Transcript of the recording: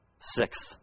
Sixth